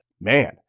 man